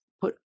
put